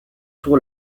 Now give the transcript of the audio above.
tour